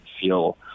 feel